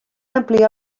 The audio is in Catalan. ampliar